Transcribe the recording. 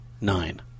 nine